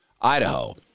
Idaho